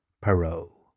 parole